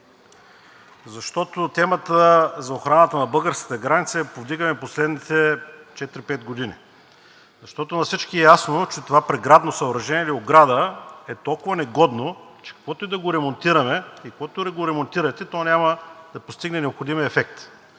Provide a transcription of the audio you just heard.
защото темата за охраната на българската граница я повдигаме в последните четири-пет години, защото на всички е ясно, че това преградно съоръжение или ограда, е толкова негодно, че каквото и да го ремонтираме, и каквото и да го ремонтирате, то няма да постигне необходимия ефект.